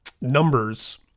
numbers